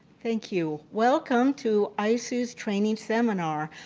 thank you. welcome to isoo's training seminar.